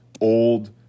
old